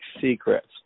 secrets